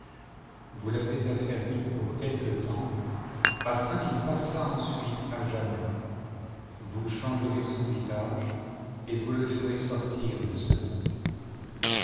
vous l'avez affermi pour quelque temps atin qu'il passât ensuite h jamais vous changerez son visage et vous le ferez sortir de ce monde